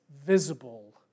visible